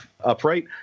upright